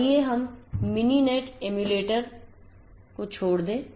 तो आइए हम मिनिनेट एमुलेटर छोड़ दें